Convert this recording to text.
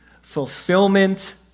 fulfillment